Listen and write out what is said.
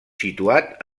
situat